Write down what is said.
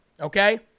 Okay